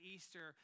Easter